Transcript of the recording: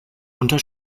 unter